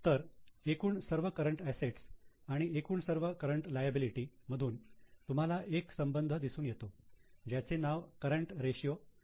तर एकूण सर्व करंट असेट्स आणि एकूण सर्व करंट लायबिलिटी मधून तुम्हाला एक संबंध दिसून येतो ज्याचे नाव करंट रेशियो असे आहे